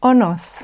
Onos